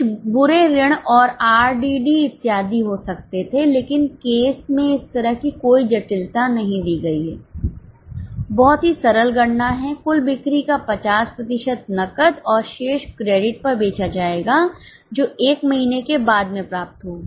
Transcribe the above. कुछ बुरे ऋण और आरडीडी इत्यादि हो सकते थे लेकिन केस में इस तरह की कोई जटिलता नहीं दी गई है बहुत ही सरल गणना है कुल बिक्री का 50 प्रतिशत नकद और शेष क्रेडिट पर बेचा जाएगा जो 1 महीने के बाद में प्राप्त होगी